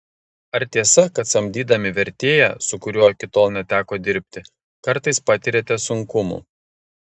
ar tiesa kad samdydami vertėją su kuriuo iki tol neteko dirbti kartais patiriate sunkumų